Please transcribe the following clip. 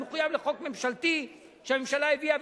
אני מחויב לחוק ממשלתי שהממשלה הביאה.